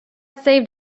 saved